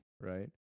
right